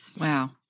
Wow